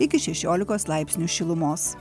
iki šešiolikos laipsnių šilumos